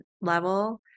level